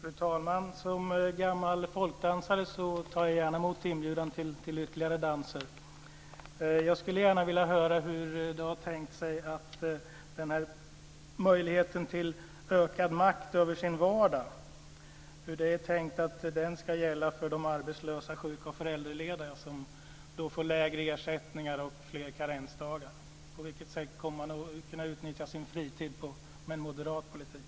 Fru talman! Som gammal folkdansare tar jag gärna emot inbjudan till ytterligare danser. Jag skulle gärna vilja höra hur idén om människors ökade möjlighet till makt över sin vardag är tänkt att gälla för de arbetslösa, sjuka och föräldralediga som får lägre ersättningar och fler karensdagar. På vilket sätt kommer de att kunna utnyttja sin fritid med en moderat politik?